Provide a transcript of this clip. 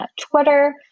Twitter